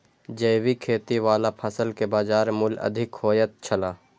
जैविक खेती वाला फसल के बाजार मूल्य अधिक होयत छला